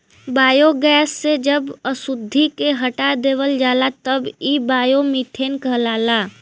biogas से जब अशुद्धि के हटा देवल जाला तब इ बायोमीथेन कहलाला